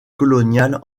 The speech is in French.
coloniale